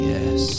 Yes